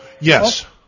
Yes